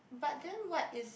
but then what is